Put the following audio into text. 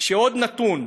עוד נתון,